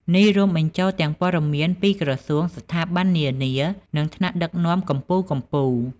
នេះរួមបញ្ចូលទាំងព័ត៌មានពីក្រសួង ស្ថាប័ននានា និងថ្នាក់ដឹកនាំកំពូលៗ។